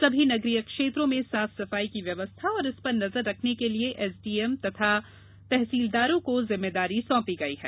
सभी नगरीय क्षेत्रों में साफ सफाई की व्यवस्था और इस पर नजर रखने के लिए एसडीएम एवं तहसीलदारों को जिम्मेदारी सौंपी गई है